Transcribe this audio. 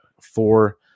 four